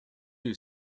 you